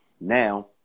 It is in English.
Now